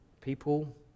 People